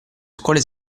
scuole